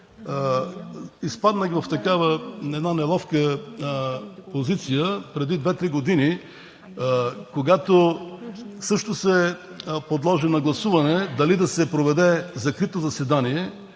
Изпаднах в такава една неловка позиция преди две-три години, когато също се подложи на гласуване дали да се проведе закрито заседание